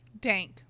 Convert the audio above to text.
Dank